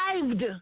survived